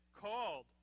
called